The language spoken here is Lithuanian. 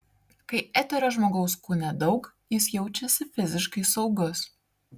kai eterio žmogaus kūne daug jis jaučiasi fiziškai saugus